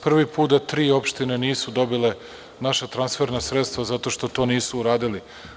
Prvi put da tri opštine nisu dobile naša transferna sredstva zato što to nisu uradili.